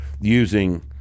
using